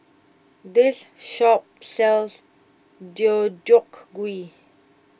this shop sells Deodeok Gui